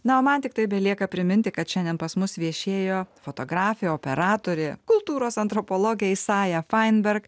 na o man tiktai belieka priminti kad šiandien pas mus viešėjo fotografė operatorė kultūros antropologė isaja fainberg